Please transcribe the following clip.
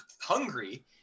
hungry